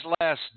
last